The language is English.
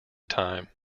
time